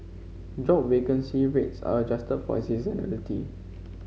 job vacancy rates are adjusted for seasonality